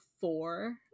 four